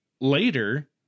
later